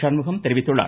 சண்முகம் தெரிவித்துள்ளார்